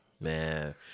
Man